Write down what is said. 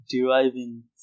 deriving